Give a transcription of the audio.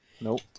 Nope